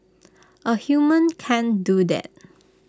A human can do that